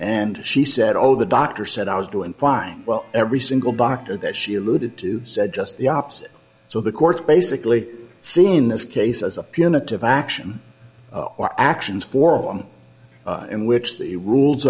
and she said oh the doctor said i was doing fine well every single doctor that she alluded to said just the opposite so the court basically seeing this case as a punitive action or actions forum in which the rules